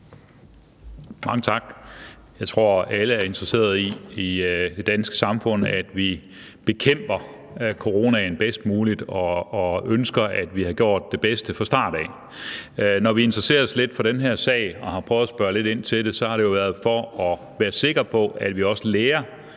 Mange tak. Jeg tror, alle i det danske samfund er interesseret i, at vi bekæmper coronaen bedst muligt, og ønsker, at vi havde gjort det bedste fra starten. Når vi interesserer os lidt for den her sag og har prøvet at spørge lidt ind til det, er det jo for at være sikre på, at vi også lærer